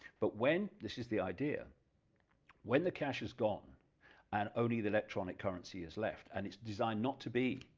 but when, this is the idea when the cash is gone and only the electronic currency is left, and it's designed not to be,